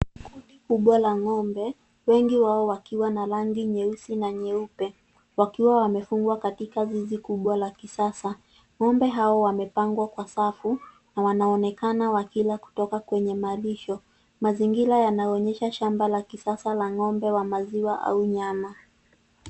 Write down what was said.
Kundi kubwa la ng'ombe wengi wao wakiwa na rangi nyeusi na nyeupe wakiwa wamefungwa katika zizi kubwa la kisasa. Ng'ombe hao wamepangwa kwa safu na wanaonekana wakila kutoka kwenye malisho. Mazingira yanaonyesha shamba la kisasa la ng'ombe wa maziwa au nyama.